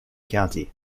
county